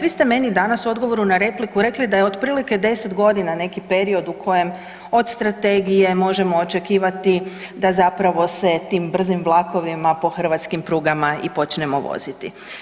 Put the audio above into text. Vi ste meni danas u odgovoru na repliku rekli da je otprilike 10 g. neki period u kojem od strategije možemo očekivati da zapravo se tim brzim vlakovima po hrvatskim prugama i počnemo voziti.